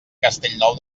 castellnou